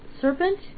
serpent